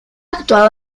actuado